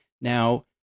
Now